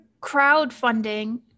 crowdfunding